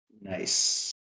Nice